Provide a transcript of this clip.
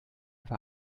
war